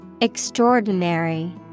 Extraordinary